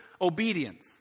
obedience